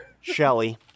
Shelly